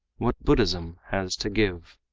what buddhism has to give